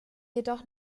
jedoch